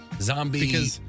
Zombie